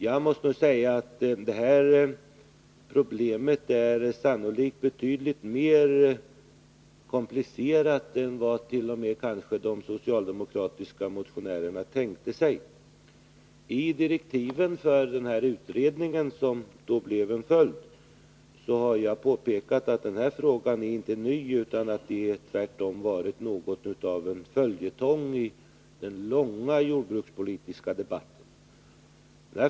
Jag måste säga att det här problemet sannolikt är betydligt mer komplicerat än vad t.o.m. de socialdemokratiska motionärerna tänkte sig. I direktiven för den utredning som följde påpekade jag att den här frågan inte är ny utan tvärtom har varit något av en följetong i en lång jordbrukspolitisk debatt.